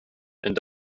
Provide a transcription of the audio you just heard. and